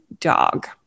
dog